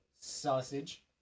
sausage